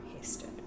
hasted